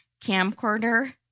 camcorder